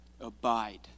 abide